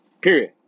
period